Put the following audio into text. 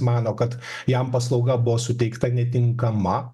mano kad jam paslauga buvo suteikta netinkama